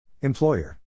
Employer